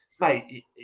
mate